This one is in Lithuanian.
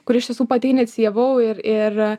kurį iš tiesų pati inicijavau ir ir